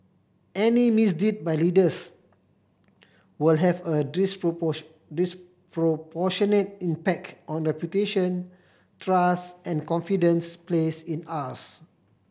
any misdeed by leaders will have a disproportionate impact on reputation trust and confidence placed in us